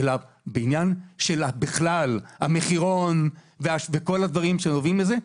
אלא בעניין של בכלל המחירון וכל הדברים שנובעים מזה.